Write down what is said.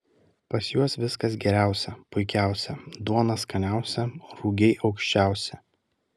pas juos viskas geriausia puikiausia duona skaniausia rugiai aukščiausi